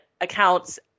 accounts